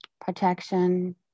protection